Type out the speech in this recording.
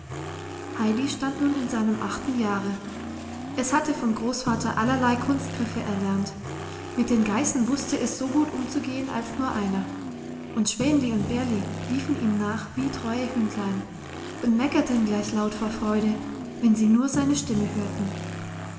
heidi stand nun in seinem achten jahre es hatte vom großvater allerlei kunstgriffe erlernt mit den geißen wusste es so gut umzugehen als nur einer und schwänli und bärli liefen ihm nach wie treue hündlein und meckerten gleich laut vor freude wenn sie nur seine stimme hörten